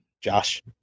josh